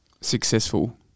successful